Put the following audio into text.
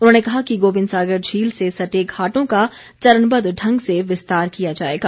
उन्होंने कहा कि गोबिंद सागर झील से सटे घाटों का चरणबद्व ढंग से विस्तार किया जाएगा